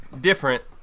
different